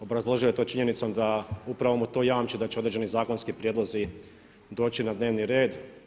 Obrazložio je to činjenicom da upravo mu to jamči da će određeni zakonski prijedlozi doći na dnevni red.